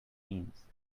means